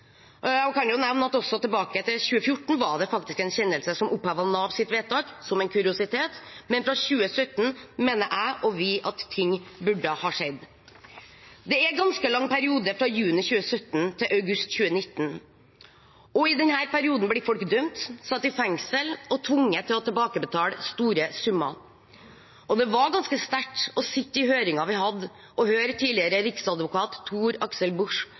Jeg kan jo som en kuriositet nevne at også tilbake til 2014 var det faktisk en kjennelse som opphevet Navs vedtak, men fra 2017 mener jeg og vi at ting burde ha skjedd. Det er en ganske lang periode fra juni 2017 til august 2019, og i denne perioden ble folk dømt, satt i fengsel og tvunget til å tilbakebetale store summer. Det var ganske sterkt å sitte i høringen vi hadde og høre tidligere riksadvokat